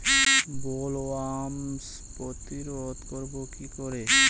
Bollworm প্রতিরোধ করব কি করে?